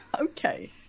Okay